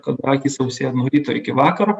kada akys sausėja nuo ryto iki vakaro